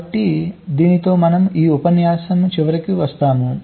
కాబట్టి దీనితో మనం ఈ ఉపన్యాసం చివరికి వస్తాము